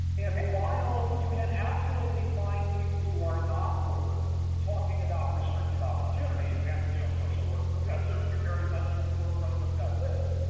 and while you can absolutely find people who are not poor talking about restricted opportunities and you know social work professors very much at the forefront of that list,